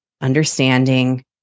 Understanding